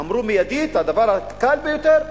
אמרו מיידית את הדבר הקל ביותר,